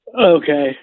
Okay